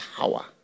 power